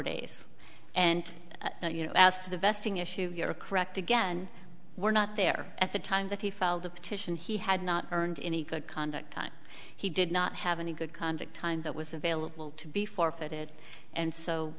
days and you know as to the vesting issue you're correct again we're not there at the time that he filed the petition he had not earned in the conduct on he did not have any good conduct time that was available to be forfeited and so